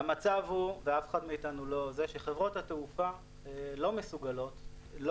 המצב הוא שחברות התעופה לא מסוגלות.